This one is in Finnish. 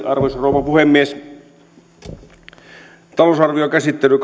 arvoisa rouva puhemies talousarvion käsittely